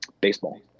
Baseball